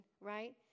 right